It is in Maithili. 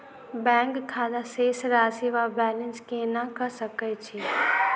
बैंक खाता शेष राशि वा बैलेंस केना कऽ सकय छी?